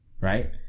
right